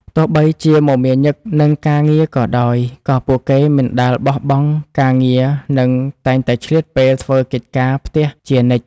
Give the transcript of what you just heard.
ទោះបីជាមមាញឹកនឹងការងារក៏ដោយក៏ពួកគេមិនដែលបោះបង់ការសិក្សានិងតែងតែឆ្លៀតពេលធ្វើកិច្ចការផ្ទះជានិច្ច។